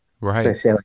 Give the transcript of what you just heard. Right